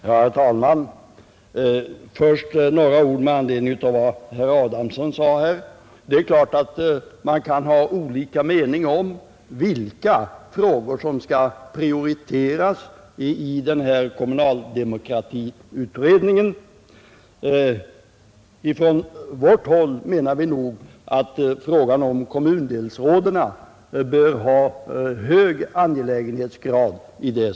Herr talman! Först några ord med anledning av vad herr Adamsson här sade! Det är klart att man kan ha olika meningar om vilka frågor som skall prioriteras i kommunaldemokratiutredningen. På vårt håll menar vi nog att frågan om kommundelsråden har hög angelägenhetsgrad.